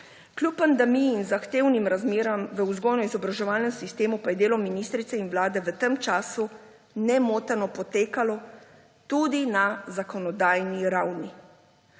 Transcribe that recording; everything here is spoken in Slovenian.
Kljub pandemiji in zahtevnim razmeram v vzgojno-izobraževalnem sistemu pa je delo ministrice in Vlade v tem času nemoteno potekalo tudi na zakonodajni ravni.